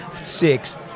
six